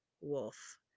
wolf